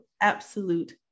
absolute